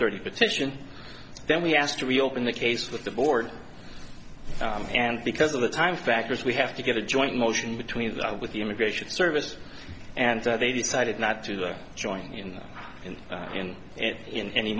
thirty petition then we asked to reopen the case with the board and because of the time factors we have to give a joint motion between the with the immigration service and they decided not to join in in in in any